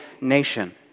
nation